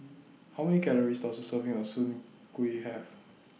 How Many Calories Does A Serving of Soon Kuih Have